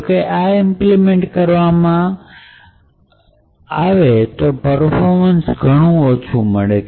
જોકે આ ઇમ્પ્લીમેંન્ટ કરવામાં આવતા પરફોર્મન્સ ઘણું ઓછું મળે